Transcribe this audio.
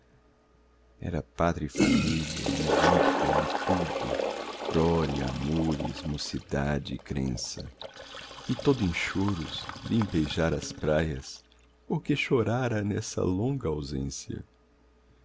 pátria e família e vida e tudo glória amores mocidade e crença e todo em choros vim beijar as praias porque chorara nessa longa ausência